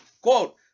Quote